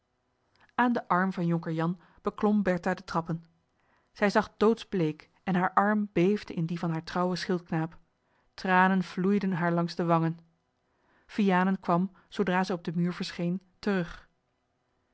aan den arm van jonker jan beklom bertha de trappen zij zag doodsbleek en haar arm beefde in dien van haar trouwen schildknaap tranen vloeiden haar langs de wangen vianen kwam zoodra zij op den muur verscheen terug